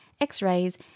X-rays